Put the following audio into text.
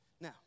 now